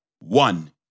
One